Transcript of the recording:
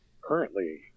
Currently